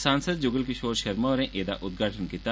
सांसद जुगल किशोर शर्मा होरें एह्दा उदघाटन कीता